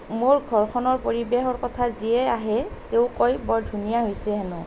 মোৰ ঘৰখনৰ পৰিৱেশৰ কথা যিয়েই আহে তেওঁ কয় বৰ ধুনীয়া হৈছে হেনো